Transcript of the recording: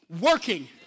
working